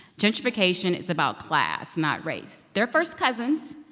gentrification is about class, not race. they're first cousins.